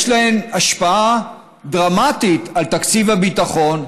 יש להן השפעה דרמטית על תקציב הביטחון,